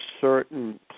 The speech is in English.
certain